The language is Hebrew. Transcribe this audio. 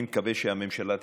אני מקווה שהממשלה תתעשת,